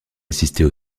assister